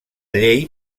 llei